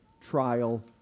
trial